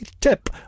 tip